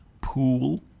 pool